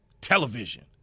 television